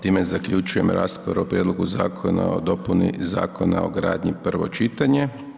Time zaključujem raspravu o prijedlogu Zakona o dopuni Zakona o gradnji, prvo čitanje.